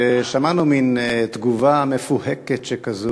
ושמענו מין תגובה מפוהקת שכזו,